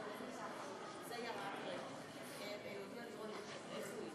מסירה ושיתוף מידע על קטין או בן-משפחתו,